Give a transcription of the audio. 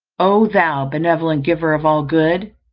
oh, thou benevolent giver of all good!